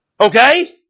Okay